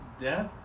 Death